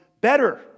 better